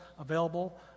available